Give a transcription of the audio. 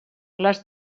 les